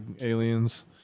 aliens